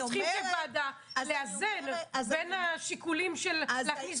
אנחנו צריכים כוועדה לאזן בין השיקולים של להכניס